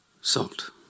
salt